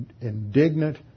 indignant